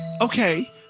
okay